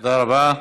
תודה רבה.